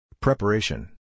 Preparation